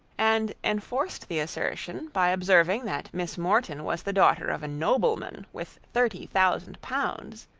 and enforced the assertion, by observing that miss morton was the daughter of a nobleman with thirty thousand pounds,